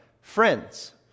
friends